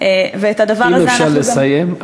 ואת הדבר הזה אנחנו גם, אם אפשר לסיים.